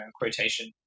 quotation